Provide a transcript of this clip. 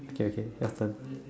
okay okay your turn